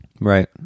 Right